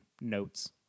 notes